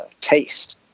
taste